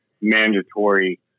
mandatory